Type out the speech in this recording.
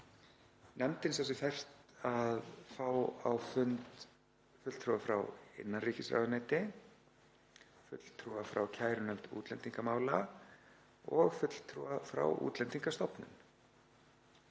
Nefndin sá sér fært að fá á fund fulltrúa frá innanríkisráðuneyti, fulltrúa frá kærunefnd útlendingamála og fulltrúa frá Útlendingastofnun.